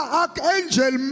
archangel